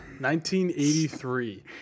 1983